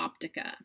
optica